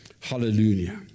Hallelujah